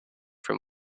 from